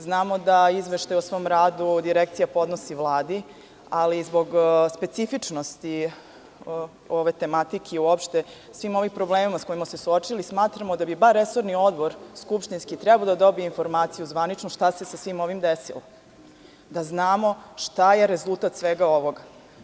Znamo da Direkcija izveštaj o svom radu podnosi Vladi, ali zbog specifičnosti ove tematikeiuopšte svim ovim problemima sa kojima smo se suočili, smatramo da bi bar resorni skupštinski odbor trebao da dobije zvaničnu informaciju šta se sa svim ovim desilo, da znamo šta je rezultat svega ovoga.